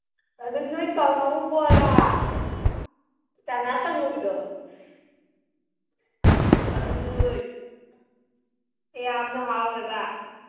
ꯑꯗꯨ ꯅꯣꯏ ꯀꯥꯡꯍꯧ ꯕꯣꯔꯥ ꯆꯅꯥ ꯀꯥꯡꯍꯧꯗꯣ ꯑꯗꯨꯗꯨ ꯌꯥꯝꯅ ꯍꯥꯎꯋꯦꯕ